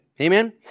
Amen